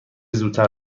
زودتر